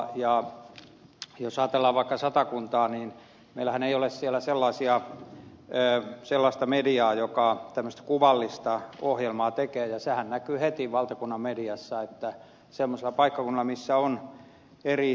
jos ajatellaan vaikka satakuntaa niin meillähän ei ole siellä sellaista mediaa joka tämmöistä kuvallista ohjelmaa tekee ja sehän näkyy heti valtakunnan mediassa että semmoisella paikkakunnalla missä on eri